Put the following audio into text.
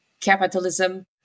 capitalism